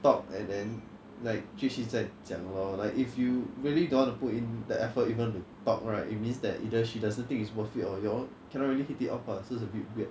talk and then like 继续再讲 like if you really don't want to put in the effort even to talk right it means that either she doesn't think it's worth it or you all cannot really hit it off ah so it's a bit weird